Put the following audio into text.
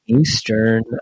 Eastern